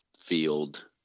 field